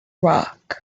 rock